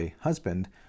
husband